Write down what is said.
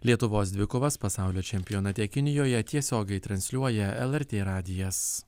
lietuvos dvikovas pasaulio čempionate kinijoje tiesiogiai transliuoja lrt radijas